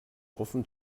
offen